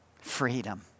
freedom